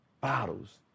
bottles